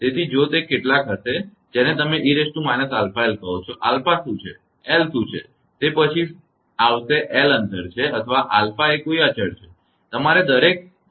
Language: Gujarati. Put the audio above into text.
તેથી જો તે કેટલાક હશે જેને તમે 𝑒−𝛼𝑙 કહો છો 𝛼 શું છે l શું છે તે પછી આવશે l અંતર છે અથવા 𝛼 એ કોઇ અચળ છે